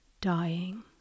dying